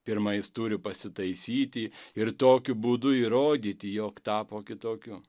pirma jis turi pasitaisyti ir tokiu būdu įrodyti jog tapo kitokiu